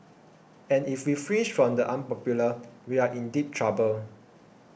and if we flinch from the unpopular we are in deep trouble